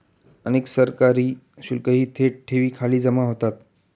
अनेक सरकारी शुल्कही थेट ठेवींखाली जमा होतात